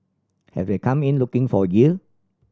have they come in looking for yield